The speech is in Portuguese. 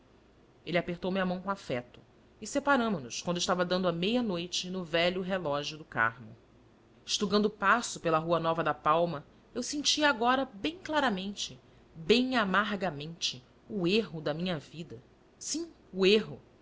ele apertou-me a mão com afeto e separamo-nos quando estava dando a meia-noite no velho relógio do carmo estugando o passo pela rua nova da palma eu sentia agora bem claramente bem amargamente o erro da minha vida sim o erro